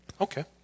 Okay